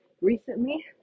recently